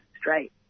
straight